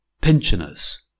pensioners